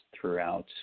throughout